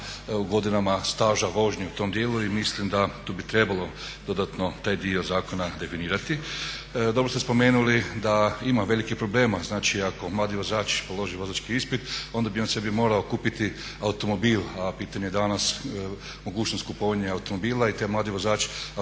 po godinama staža vožnje u tom dijelu. I mislim da tu bi trebalo dodatno taj dio zakona definirati. Dobro ste spomenuli da ima velikih problema, znači ako mladi vozač položi vozački ispit onda bi on sebi morao kupiti automobil, a pitanje je danas mogućnost kupovanja automobila i taj mladi vozač